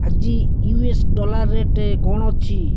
ଆଜି US dollar rate କଣ ଅଛି